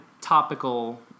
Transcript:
topical